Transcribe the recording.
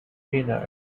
dinner